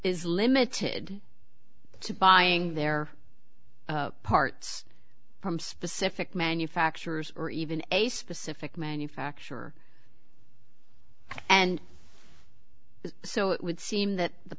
is limited to buying their parts from specific manufacturers or even a specific manufacturer and so it would seem that the